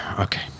Okay